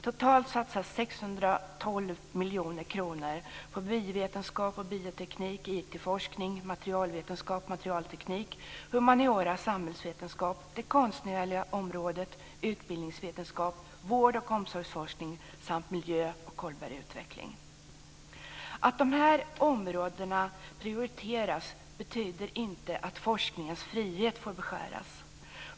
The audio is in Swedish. Totalt satsas 612 miljoner kronor på biovetenskap och bioteknik, IT-forskning, materialvetenskap och materialteknik, humaniora och samhällsvetenskap, det konstnärliga området, utbildningsvetenskap, vårdoch omsorgsforskning samt miljö och hållbar utveckling. Att dessa områden prioriteras betyder inte att forskningens frihet får beskäras.